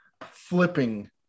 flipping